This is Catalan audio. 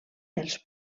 els